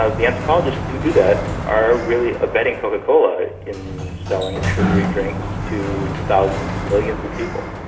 ah the anthropologists who do that are really abetting coca-cola in selling sugary drinks to thousands, millions of people.